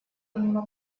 именно